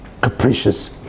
capricious